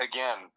Again